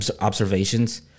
observations